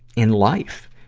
in life.